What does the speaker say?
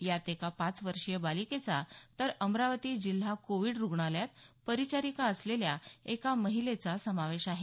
त्यात एका पाच वर्षीय बालिकेचा तर अमरावती जिल्हा कोविड रुग्णालयात परिचारिका असलेल्या एका महिलेचाही समावेश आहे